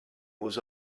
was